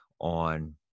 on